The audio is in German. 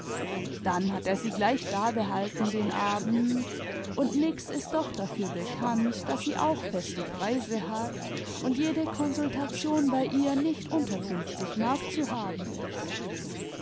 dann hat er sie gleich dabehalten den abend imd nix ist doch dafür bekai daß sie auch feste preise hat und jede konsultation bei ihr nicht unter fünfzig mark zu haben ist